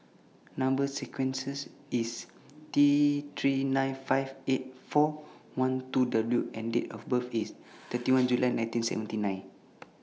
Number sequences IS T three nine five eight four one two W and Date of birth IS thirty one July nineteen seventy nine